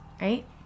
Right